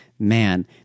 Man